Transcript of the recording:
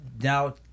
now